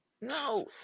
No